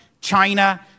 china